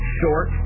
short